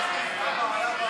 לא, היה מהר.